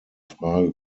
frage